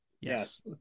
Yes